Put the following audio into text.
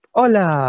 Hola